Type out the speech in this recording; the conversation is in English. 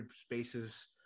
spaces